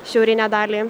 šiaurinę dalį